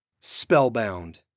Spellbound